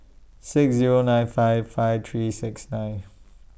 six Zero nine five five three six nine